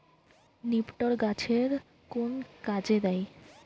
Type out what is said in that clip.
নিপটর গাছের কোন কাজে দেয়?